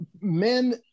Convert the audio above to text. men